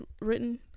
written